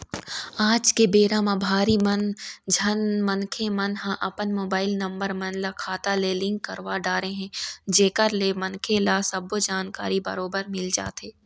आज के बेरा म भारी झन मनखे मन ह अपन मोबाईल नंबर मन ल खाता ले लिंक करवा डरे हे जेकर ले मनखे ल सबो जानकारी बरोबर मिल जाथे